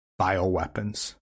bioweapons